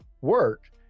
work